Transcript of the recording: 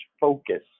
focus